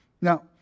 Now